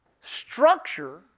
structure